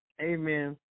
amen